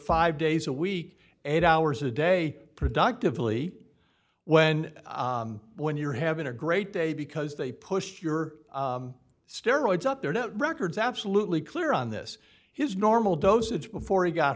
five days a week eight hours a day productively when when you're having a great day because they pushed your steroids up there are no records absolutely clear on this his normal dosage before he got